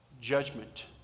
judgment